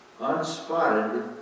unspotted